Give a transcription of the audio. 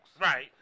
Right